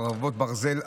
חרבות ברזל),